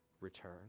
return